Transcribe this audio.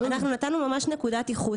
בהצעת המחליטים נתנו ממש נקודת ייחוס